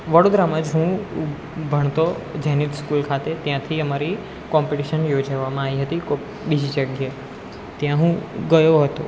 વડોદરામાં જ હું ભણતો જેનિલ સ્કૂલ ખાતે ત્યાંથી એ અમારી કોમ્પિટિશન યોજવામાં આવી હતી કોમ્ બીજી જગ્યાએ ત્યાં હું ગયો હતો